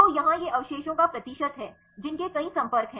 तो यहाँ ये अवशेषों का प्रतिशत है जिनके कई संपर्क हैं